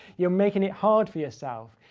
you're making it hard for yourself.